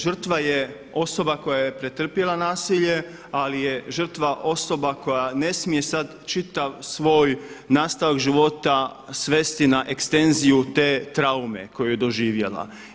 Žrtva je osoba koja je pretrpjela nasilje, ali je žrtva osoba koja ne smije sad čitav svoj nastavak života svesti na ekstenziju te traume koju je doživjela.